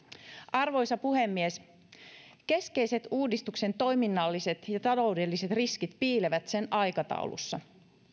arvoisa puhemies keskeiset uudistuksen toiminnalliset ja taloudelliset riskit piilevät sen aikataulussa